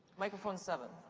microphone seven.